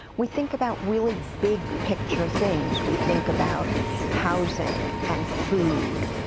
we think about really big-picture things. we think about housing and food.